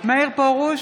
מאיר פרוש,